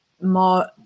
more